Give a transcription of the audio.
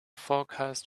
forecast